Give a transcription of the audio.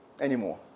anymore